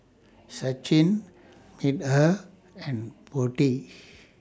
Sachin Medha and Potti